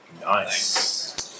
Nice